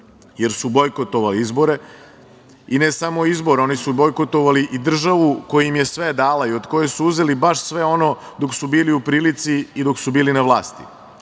jer su bojkotovali izbore, i ne samo izbore, oni su bojkotovali i državu koja im je sve dala i od koje su uzeli baš sve ono dok su bili u prilici i dok su bili na vlasti. Mi